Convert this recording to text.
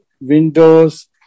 windows